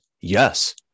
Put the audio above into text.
Yes